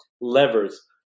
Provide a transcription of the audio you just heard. levers